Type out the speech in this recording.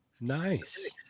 Nice